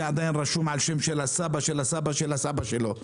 עדיין רשום על שם הסבא של הסבא של הסבא שלו,